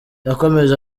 yakomeje